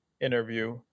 interview